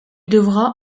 devra